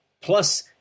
plus